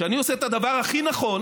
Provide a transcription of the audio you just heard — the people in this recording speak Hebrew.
כשאני עושה את הדבר הכי נכון